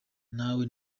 nawe